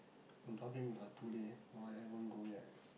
I'm talking about today why haven't go yet